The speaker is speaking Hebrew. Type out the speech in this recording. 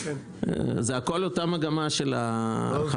זה הכול אותה מגמה של הרחבה.